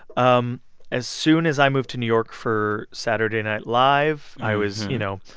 um as soon as i moved to new york for saturday night live, i was, you know,